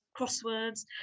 crosswords